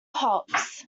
helps